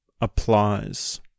applies